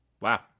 Wow